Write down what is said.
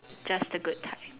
just the good time